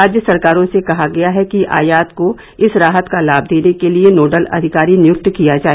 राज्य सरकारों से कहा गया है कि आयात को इस राहत का लाभ देने के लिए नोडल अधिकारी नियुक्त किया जाए